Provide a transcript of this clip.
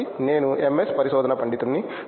కాబట్టి నేను ఎంఎస్ పరిశోధన పండితుడిని